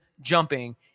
jumping